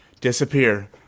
disappear